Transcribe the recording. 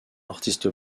artiste